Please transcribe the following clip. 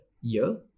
year